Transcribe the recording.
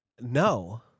No